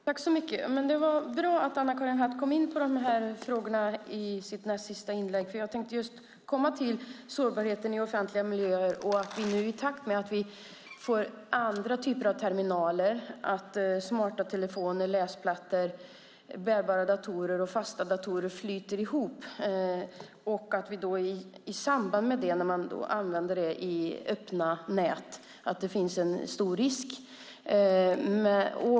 Fru talman! Det var bra att Anna-Karin Hatt kom in på de frågorna i sitt näst sista inlägg. Jag tänkte just komma till frågan om sårbarhet i offentliga miljöer. Vi får andra typer av terminaler, och smarta telefoner, läsplattor, bärbara datorer och fasta datorer flyter ihop. När man använder dem i öppna nät finns det en stor risk.